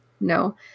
no